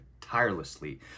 tirelessly